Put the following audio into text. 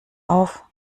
auf